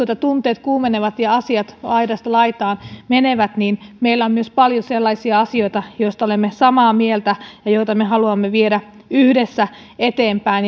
että tunteet kuumenevat ja asiat laidasta laitaan menevät niin meillä on myös paljon sellaisia asioita joista olemme samaa mieltä ja joita me haluamme viedä yhdessä eteenpäin